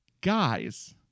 Guys